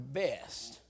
best